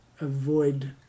avoid